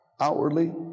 outwardly